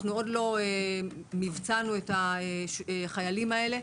אנחנו עוד לא מבצענו את החיילים האלה,